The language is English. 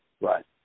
Right